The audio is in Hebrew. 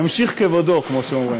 ימשיך כבודו, כמו שאומרים.